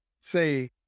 say